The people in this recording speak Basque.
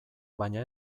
baina